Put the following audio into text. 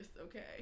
Okay